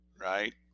right